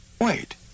Wait